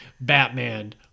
Batman